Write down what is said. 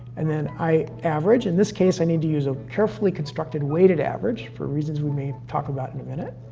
and then i average. in this case, i need to use a carefully constructed weighted average, for reasons we may talk about in a minute.